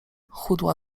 chudła